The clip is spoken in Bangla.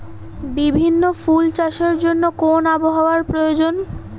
বিভিন্ন ফুল চাষের জন্য কোন আবহাওয়ার প্রয়োজন?